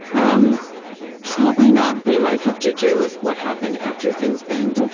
um probably not, but it might have to do with what happened after things banged, and